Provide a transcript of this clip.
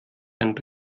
herrn